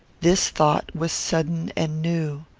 this thought was sudden and new.